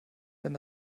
wenn